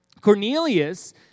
Cornelius